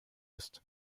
ist